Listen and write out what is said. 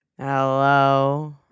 Hello